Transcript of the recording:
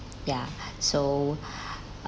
ya so